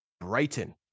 Brighton